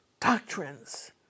doctrines